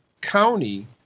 county